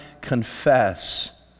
confess